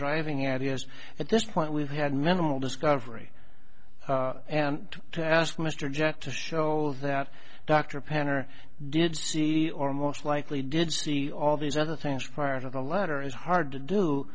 driving at us at this point we've had minimal discovery and to ask mr jack to show that dr penner did see or most likely did see all these other things prior to the letter is hard to do